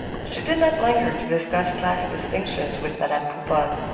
she did not linger to discuss class distinctions with madame pouponne,